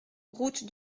route